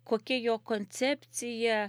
kokia jo koncepcija